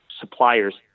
suppliers